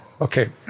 Okay